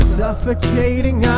suffocating